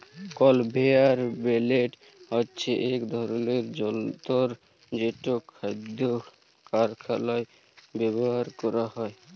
conveyor belt হছে ইক ধরলের জলতর যেট খাদ্য কারখালায় ব্যাভার ক্যরা হয়